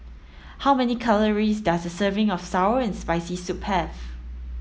how many calories does a serving of sour and spicy soup have